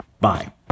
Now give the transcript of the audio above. Bye